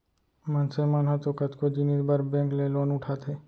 मनसे मन ह तो कतको जिनिस बर बेंक ले लोन उठाथे